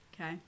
Okay